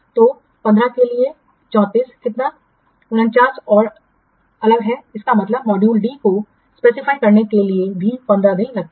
तो 15 के लिए 34 कितना 49 और अगला है इसका मतलब है मॉड्यूल डी को निर्दिष्ट करने के लिए भी 15 दिन लगते हैं